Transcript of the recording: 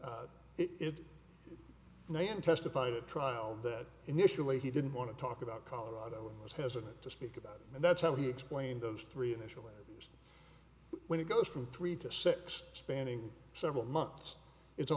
one testified at trial that initially he didn't want to talk about colorado was hesitant to speak about it and that's how he explained those three initially when it goes from three to six spanning several months it's a